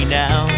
now